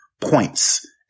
points